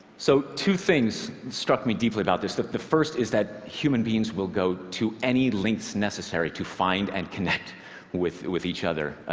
so two things struck me deeply about this. the the first is that human beings will go to any lengths necessary to find and connect with with each other.